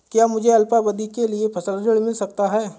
क्या मुझे अल्पावधि के लिए फसल ऋण मिल सकता है?